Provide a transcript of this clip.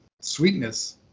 sweetness